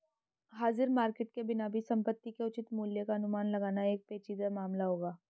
हाजिर मार्केट के बिना भी संपत्ति के उचित मूल्य का अनुमान लगाना एक पेचीदा मामला होगा